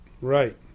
Right